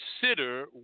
consider